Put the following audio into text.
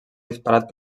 disparat